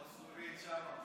קונסולית שמה,